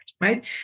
right